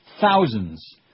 Thousands